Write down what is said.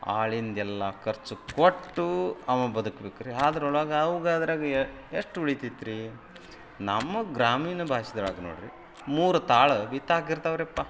ಆಳಿಂದೆಲ್ಲ ಖರ್ಚು ಕೊಟ್ಟು ಅವ ಬದುಕ್ಬೇಕು ರೀ ಅದ್ರೊಳಗೆ ಅಂವ್ಗೆ ಅದ್ರಾಗೆ ಎಷ್ಟು ಉಳೀತೈತ್ರಿ ನಮ್ಮ ಗ್ರಾಮೀಣ ಭಾಷ್ದೊಳಗೆ ನೋಡಿರಿ ಮೂರು ತಾಳು ಬಿತ್ತಾಕಿರ್ತಾವ್ರಿಪ್ಪ